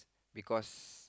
because